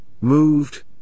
moved